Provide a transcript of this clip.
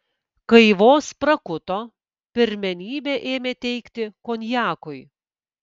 kai vos prakuto pirmenybę ėmė teikti konjakui